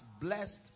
blessed